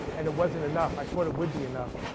and it wasn't enough, i thought it would be enough.